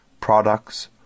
products